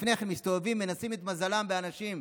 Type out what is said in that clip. לפני כן הם מסתובבים ומנסים את מזלם באנשים.